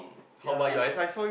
ya